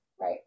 Right